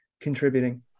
contributing